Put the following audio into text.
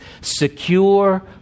secure